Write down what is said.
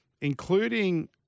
including